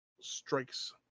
strikes